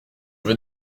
vais